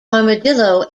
armadillo